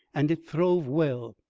and it throve well.